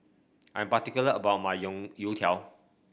I'm particular about my youtiao